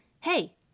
Hey